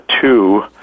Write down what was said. two